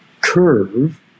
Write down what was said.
curve